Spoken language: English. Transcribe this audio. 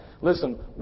Listen